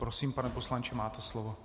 Prosím, pane poslanče, máte slovo.